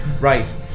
Right